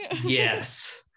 Yes